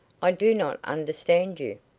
i do not understand you.